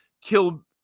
kill